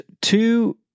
two